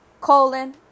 colon